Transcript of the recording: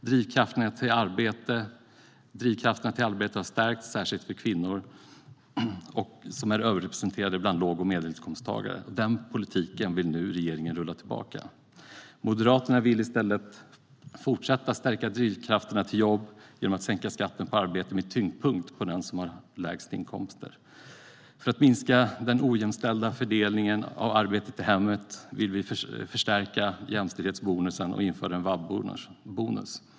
Drivkrafterna till arbete har stärkts, särskilt för kvinnor, som är överrepresenterade bland låg och medelinkomsttagare. Den politiken vill regeringen nu rulla tillbaka. Moderaterna vill i stället fortsätta att stärka drivkrafterna till jobb genom att sänka skatten på arbete med tyngdpunkt på dem som har lägst inkomster. För att minska den ojämställda fördelningen av arbetet i hemmet vill vi förstärka jämställdhetsbonusen och införa en vab-bonus.